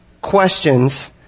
questions